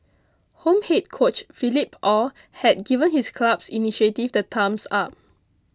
home head coach Philippe Aw has given his club's initiative the thumbs up